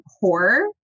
horror